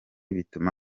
bituma